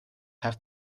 have